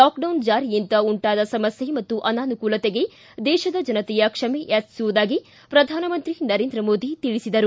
lockdown ಜಾರಿಯಿಂದ ಉಂಟಾದ ಸಮಸ್ತೆ ಮತ್ತು ಅನಾನುಕೂಲತೆಗೆ ದೇಶದ ಜನತೆಯ ಕ್ಷಮೆ ಯಾಚಿಸುವುದಾಗಿ ಪ್ರಧಾನಮಂತ್ರಿ ತಿಳಿಸಿದರು